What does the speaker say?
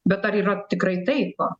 bet ar yra tikrai taip